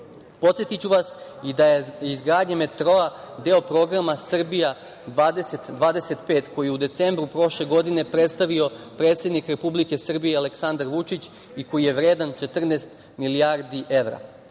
slučaj. Podsetiću vas i da je izgradnja metroa deo Programa „Srbija 2025“, koji je u decembru prošle godine predstavio predsednik Republike Srbije Aleksandar Vučić i koji je vredan 14 milijardi evra.